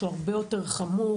שהוא הרבה יותר חמור